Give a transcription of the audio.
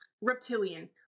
Reptilian